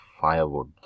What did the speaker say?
firewood